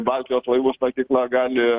baltijos laivų statykla gali